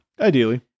Ideally